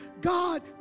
God